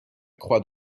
croix